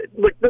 Look